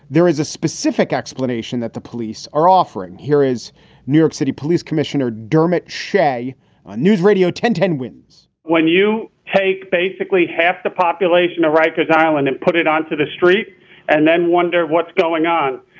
there is a specific explanation that the police are offering. here is new york city police commissioner dermot shea on newsradio ten, ten wins when you take basically half the population of rikers island and put it onto the street and then wonder what's going on,